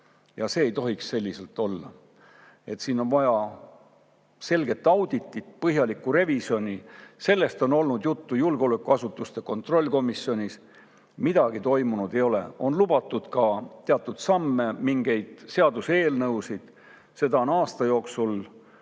See ei tohiks selliselt olla. Siin on vaja selget auditit, põhjalikku revisjoni. Sellest on olnud juttu julgeolekuasutuste kontrolli erikomisjonis. Midagi toimunud ei ole. On lubatud teatud samme, mingeid seaduseelnõusid – seda on aasta jooksul